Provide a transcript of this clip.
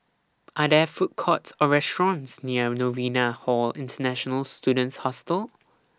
Are There Food Courts Or restaurants near Novena Hall International Students Hostel